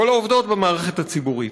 כל העובדות במערכת הציבורית.